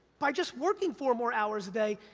by just working four more hours a day,